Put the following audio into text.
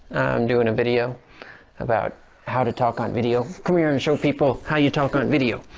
i'm doing a video about how to talk on video camera and show people how you talk on video.